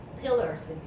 pillars